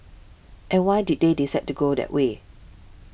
and why did they decide to go that way